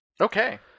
okay